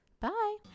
Bye